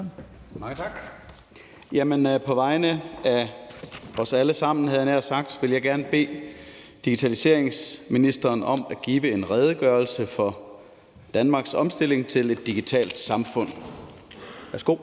havde jeg nær sagt, vil jeg gerne bede digitaliseringsministeren om at give en redegørelse for Danmarks omstilling til et digitalt samfund. Værsgo.